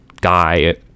guy